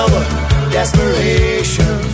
Desperation